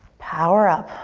power up,